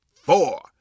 four